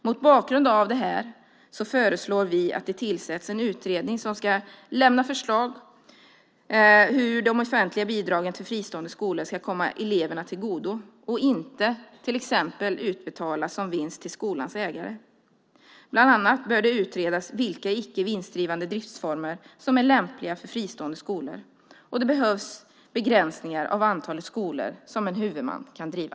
Mot bakgrund av detta föreslår vi att det tillsätts en utredning som ska lämna förslag på hur de offentliga bidragen till fristående skolor ska komma eleverna till godo och inte till exempel utbetalas som vinst till skolans ägare. Bland annat bör det utredas vilka icke-vinstdrivande driftsformer som är lämpliga för fristående skolor, och det behövs begränsningar av antalet skolor som en huvudman kan driva.